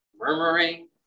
murmuring